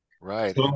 Right